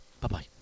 Bye-bye